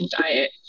diet